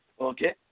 Okay